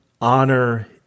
honor